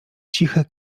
ciche